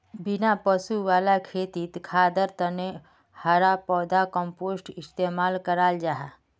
बिना पशु वाला खेतित खादर तने हरा पौधार कम्पोस्ट इस्तेमाल कराल जाहा